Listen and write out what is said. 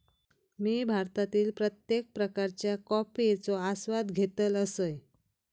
मी भारतातील प्रत्येक प्रकारच्या कॉफयेचो आस्वाद घेतल असय